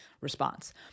response